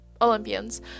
Olympians